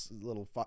little